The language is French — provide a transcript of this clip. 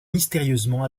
mystérieusement